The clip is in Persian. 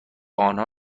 آنها